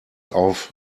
auf